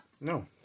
No